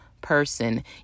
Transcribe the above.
person